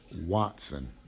Watson